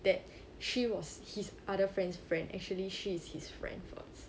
that she was his other friends' friend actually she is his friend first